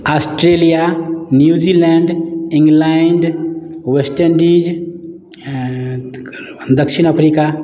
Australia New Zealand England West Indies तेकर बाद दक्षिण अफ़्रीका